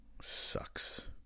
Sucks